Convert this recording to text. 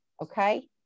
Okay